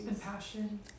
Passion